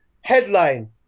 headline